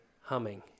humming